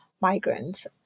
migrants